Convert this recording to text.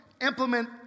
implement